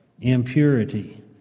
impurity